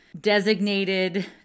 designated